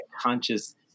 conscious